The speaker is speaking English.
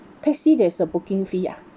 taxi there's a booking fee ah